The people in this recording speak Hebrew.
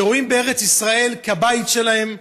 שרואים בארץ ישראל את הבית שלהם,